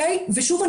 ושוב,